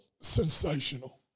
Sensational